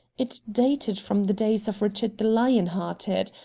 it dated from the days of richard the lion-hearted.